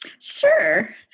Sure